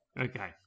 Okay